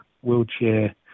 wheelchair